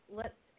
lets